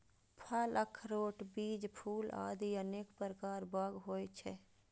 फल, अखरोट, बीज, फूल आदि अनेक प्रकार बाग होइ छै